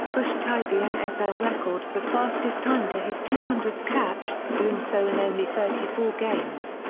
bush tied the nfl record for fastest time to his two hundredth catch, doing so in only thirty four games.